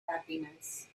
happiness